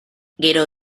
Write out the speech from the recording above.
gero